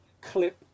clip